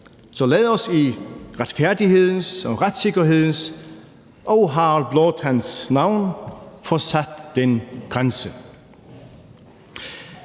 Så lad os i retfærdighedens, retssikkerhedens og Harald Blåtands navn få sat den grænse.